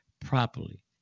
properly